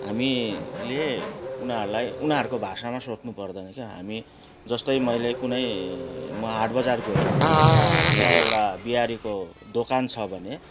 हामीले उनीहरूलाई उनेहरूको भाषामा सोध्नु पर्दैन क्या हामी जस्तै मैले कुनै म हाट बजार गएँ र त्यहाँ एउटा बिहारीको दोकान छ भने